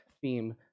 theme